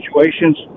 situations